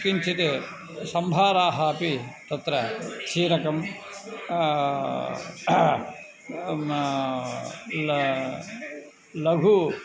किञ्चित् सम्भाराः अपि तत्र चीरकं ला लघु